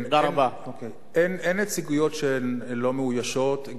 אין נציגויות שלא מאוישות.